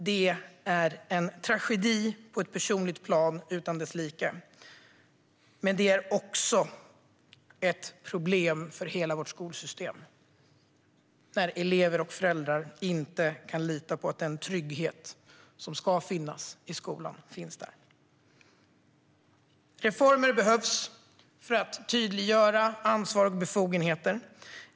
Detta är en tragedi utan dess like på ett personligt plan, men det är också ett problem för hela vårt skolsystem när elever och föräldrar inte kan lita på att den trygghet som ska finnas i skolan finns där. Reformer behövs för att tydliggöra ansvar och befogenheter.